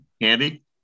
Andy